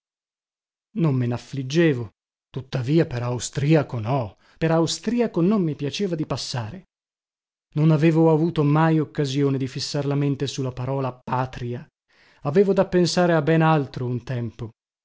me naffliggevo tuttavia per austriaco no per austriaco non mi piaceva di passare non avevo avuto mai occasione di fissar la mente su la parola patria avevo da pensare a ben altro un tempo